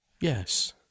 Yes